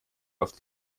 auf